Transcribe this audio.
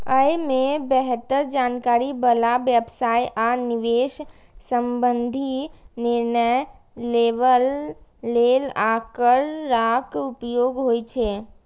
अय मे बेहतर जानकारी बला व्यवसाय आ निवेश संबंधी निर्णय लेबय लेल आंकड़ाक उपयोग होइ छै